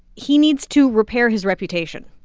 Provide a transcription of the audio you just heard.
he needs to repair his reputation.